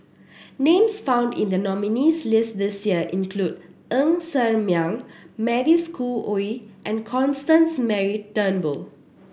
names found in the nominees' list this year include Ng Ser Miang Mavis Khoo Oei and Constance Mary Turnbull